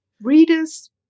readers